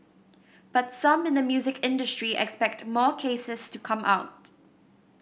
but some in the music industry expect more cases to come out